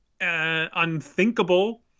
unthinkable